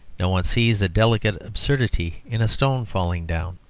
no one sees a delicate absurdity in a stone falling down.